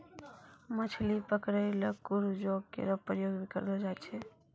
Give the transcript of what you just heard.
मछली पकरै ल क्रूजो केरो प्रयोग भी करलो जाय छै